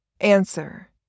Answer